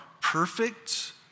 perfect